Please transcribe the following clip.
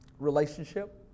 relationship